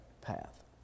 path